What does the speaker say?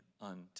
unto